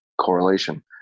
correlation